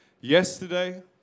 yesterday